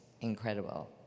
incredible